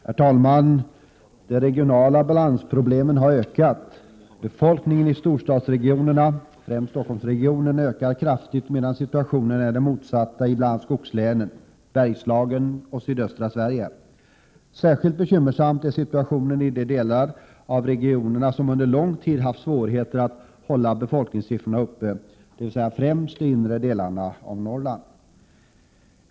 Herr talman! De regionala balansproblemen har förvärrats. Befolkningen i storstadsregionerna, främst Stockholmsregionen, ökar kraftigt medan situationen är den motsatta i bl.a. skogslänen, Bergslagen och sydöstra Sverige. Särskilt bekymmersam är situationen i de delar av regionerna som under lång tid haft svårigheter att hålla befolkningssiffrorna uppe, dvs. främst de inre delarna av Norrland.